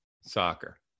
soccer